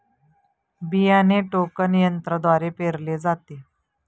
बियाणे टोकन यंत्रद्वारे पेरले जाते